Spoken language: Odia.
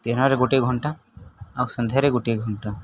ଦିନରେ ଗୋଟେ ଘଣ୍ଟା ଆଉ ସନ୍ଧ୍ୟାରେ ଗୋଟିଏ ଘଣ୍ଟା